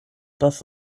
dass